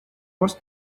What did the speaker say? was